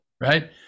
Right